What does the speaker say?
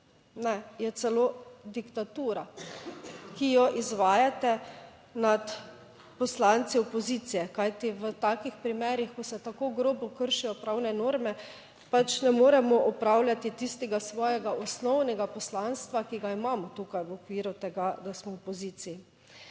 ne, je celo diktatura, ki jo izvajate nad poslanci opozicije, kajti v takih primerih, ko se tako grobo kršijo pravne norme, ne moremo opravljati tistega svojega osnovnega poslanstva, ki ga imamo tukaj v okviru tega, da smo v opoziciji.